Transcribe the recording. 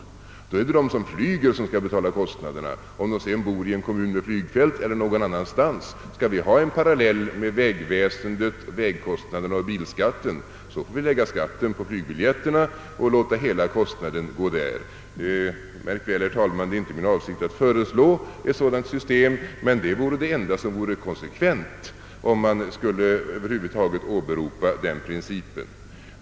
Det betyder i detta fall att det är de som flyger som skall betala, oavsett om de bor i en kommun med flygfält eller någon annanstans. Skall vi ha en parallell med förhållandet mellan vägkostnaderna och bilskatten, så får vi i detta fall lägga skatt på flygbiljetterna och ta ut hela kostnaden den vägen. Märk väl, herr talman, det är inte min avsikt att föreslå ett sådant system, men det vore det enda konsekventa om man vill åberopa den principen.